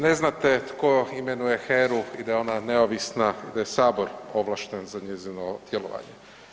Ne znate tko imenuje HERU i da je ona neovisna i da je sabor ovlašten za njezino djelovanje.